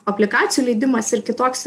obligacijų leidimas ir kitoks